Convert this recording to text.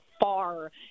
far